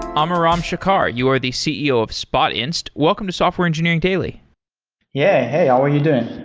amiram shachar, you are the ceo of spotinst. welcome to software engineering daily yeah. hey, how are you doing?